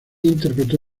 interpretó